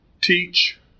teach